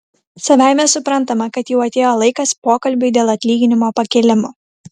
savaime suprantama kad jau atėjo laikas pokalbiui dėl atlyginimo pakėlimo